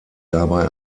dabei